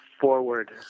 forward